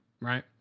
right